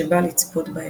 שבא לצפות בהם.